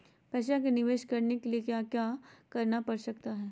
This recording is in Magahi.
पैसा का निवेस करने के लिए क्या क्या करना पड़ सकता है?